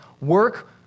work